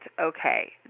okay